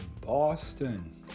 Boston